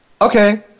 Okay